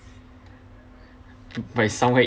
but somewhere